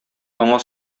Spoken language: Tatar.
аңа